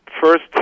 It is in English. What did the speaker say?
first